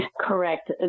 Correct